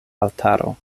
altaro